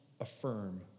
affirm